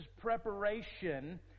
preparation